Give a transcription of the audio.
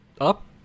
up